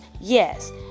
Yes